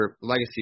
legacy